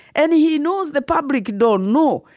and he knows the public don't know,